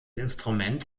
instrument